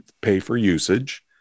pay-for-usage